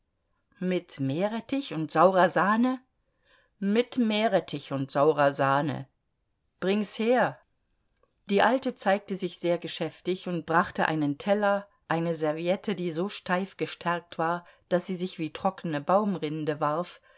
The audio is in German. mit meerrettich und saurer sahne mit meerrettich und saurer sahne bring's her die alte zeigte sich sehr geschäftig und brachte einen teller eine serviette die so steif gestärkt war daß sie sich wie trockene baumrinde warf